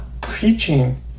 preaching